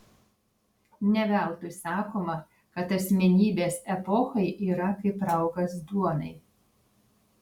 ne veltui sakoma kad asmenybės epochai yra kaip raugas duonai